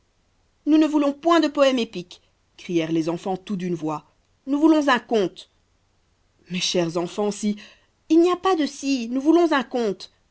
nous ne voulons point de poème épique crièrent les enfants tout d'une voix nous voulons un conte mes chers enfants si il n'y a pas de si nous voulons un conte